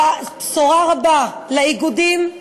בשורה רבה לאיגודים,